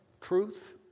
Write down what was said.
truth